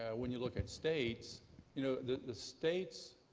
when you look at states you know the the states,